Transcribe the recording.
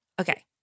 okay